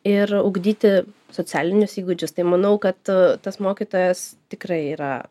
ir ugdyti socialinius įgūdžius tai manau kad tas mokytojas tikrai yra